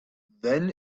then